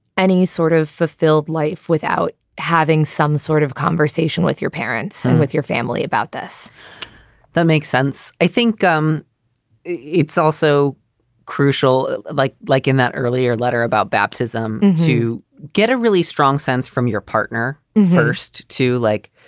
any sort of fulfilled life without having some sort of conversation with your parents and with your family about this that makes sense. i think um it's also crucial like like in that earlier letter about baptism, you get a really strong sense from your partner first to like,